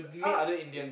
uh